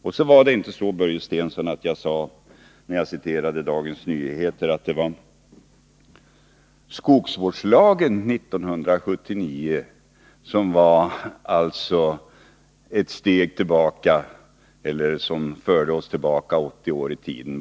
När jag citerade Dagens Nyheter, Börje Stensson, sade jag inte att 1979 års skogsvårdslag förde oss 80 år tillbaka i tiden.